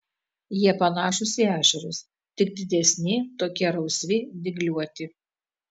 jie panašūs į ešerius tik didesni tokie rausvi dygliuoti